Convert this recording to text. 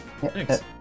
Thanks